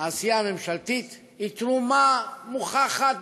העשייה הממשלתית היא תרומה מוכחת,